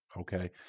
Okay